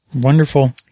Wonderful